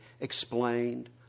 explained